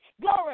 Glory